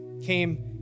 Came